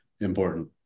important